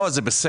לא, זה בסדר.